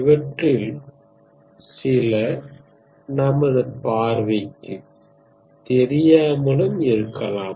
இவற்றில் சில நமது பார்வைக்கு தெரியாமலும் இருக்கலாம்